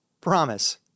Promise